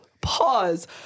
pause